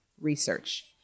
research